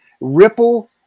Ripple